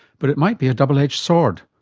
but it might be a double-edged sword,